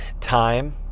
time